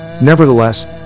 Nevertheless